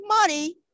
money